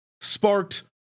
sparked